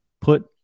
put